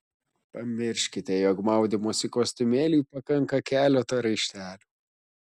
pamirškite jog maudymosi kostiumėliui pakanka keleto raištelių